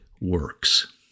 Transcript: works